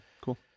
cool